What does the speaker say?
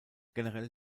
generell